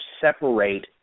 separate